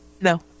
No